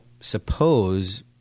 suppose